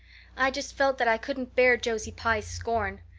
i just felt that i couldn't bear josie pye's scorn.